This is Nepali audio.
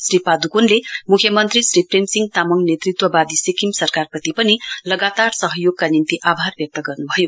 श्री पादुकोणले मुख्यमन्त्री श्री प्रेमसिंह तामङ नेतृत्ववादी सिक्किम सरकारप्रति पनि लगातार सहयोगका निम्ति आभार व्यक्त गर्नुभयो